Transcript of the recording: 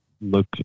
look